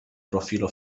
profilo